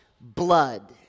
blood